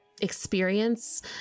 experience